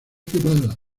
quemada